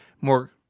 more